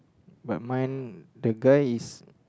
but mine the guy is